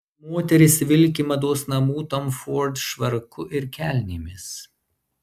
moteris vilki mados namų tom ford švarku ir kelnėmis